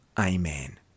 Amen